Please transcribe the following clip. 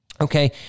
Okay